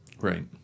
Right